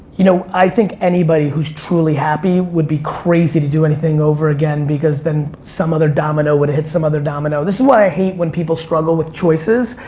you know, i think anybody who's truly happy would be crazy to do anything over again because then some other domino would hit some other domino. this is what i hate when people struggle with choices,